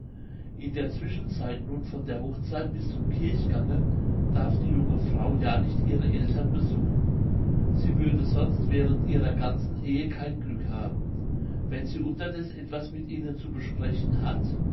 in der zwischenzeit nun von der hochzeit bis zum kirchgange darf die junge frau ja nicht ihre eltern besuchen sie würde sonst während ihrer ganzen ehe kein glück haben wenn sie unterdeß etwas mit ihnen zu sprechen hat